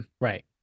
right